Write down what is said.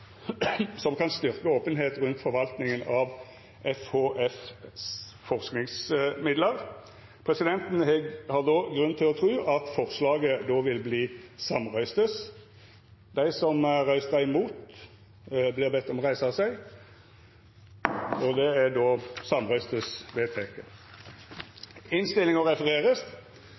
som kan styrke åpenheten rundt forvaltningen av FHFs forskningsmidler.» Presidenten har grunn til å tru at forslaget då vil verta samrøystes vedteke.